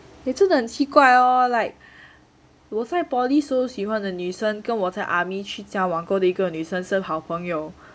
eh 真的很奇怪 lor like 我在 poly 时候喜欢的女生跟我在 army 去交往过的一个女生是好朋友